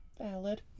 Valid